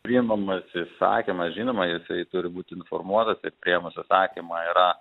priimamas įsakymas žinoma jisai turi būt informuotas ir priėmus įsakymą yra